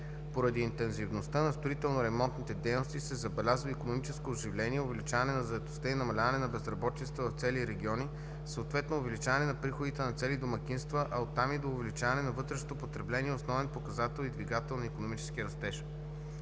Поради интензивността на строително-ремонтните дейности се забелязва икономическо оживление, увеличаване на заетостта и намаляване на безработицата в цели региони, съответно увеличаване на приходите на цели домакинства, а от там и до увеличаване на вътрешното потребление – основен показател и двигател на икономическия растеж.